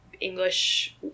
English